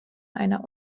einer